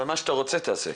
ומה שאתה רוצה תעשה.